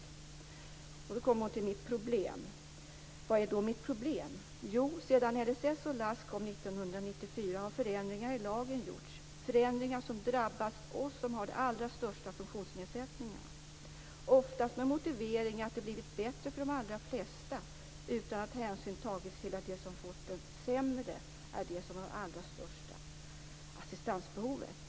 Hon kommer sedan till sitt problem: Vad är då mitt problem? Jo, sedan LSS och LASS kom 1994 har förändringar i lagen gjorts, förändringar som drabbar oss som har de allra största funktionsnedsättningarna, oftast med motiveringen att det har blivit bättre för de allra flesta, utan att hänsyn tagits till att de som fått det sämre är de som har allra största assistansbehovet.